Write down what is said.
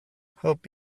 hope